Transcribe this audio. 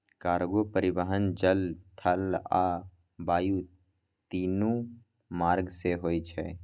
cargo परिवहन जल, थल आ वायु, तीनू मार्ग सं होय छै